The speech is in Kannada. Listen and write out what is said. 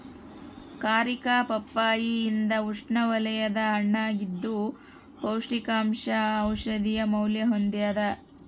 ಕಾರಿಕಾ ಪಪ್ಪಾಯಿ ಇದು ಉಷ್ಣವಲಯದ ಹಣ್ಣಾಗಿದ್ದು ಪೌಷ್ಟಿಕಾಂಶ ಔಷಧೀಯ ಮೌಲ್ಯ ಹೊಂದ್ಯಾದ